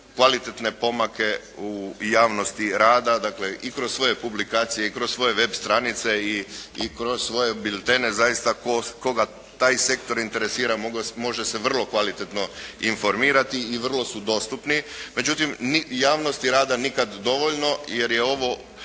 kvalitetne pomake u i javnosti rada, dakle i kroz svoje publikacije, i kroz svoje web stranice i kroz svoje biltene. Zaista koga taj sektor interesira može se vrlo kvalitetno informirati i vrlo su dostupni. Međutim, javnosti i rada nikad dovoljno jer je ovo